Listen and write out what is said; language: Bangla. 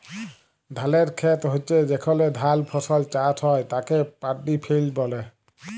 ধালের খেত হচ্যে যেখলে ধাল ফসল চাষ হ্যয় তাকে পাড্ডি ফেইল্ড ব্যলে